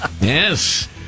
Yes